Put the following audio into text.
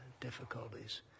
difficulties